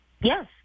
Yes